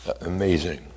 Amazing